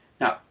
Now